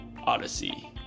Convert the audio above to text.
Odyssey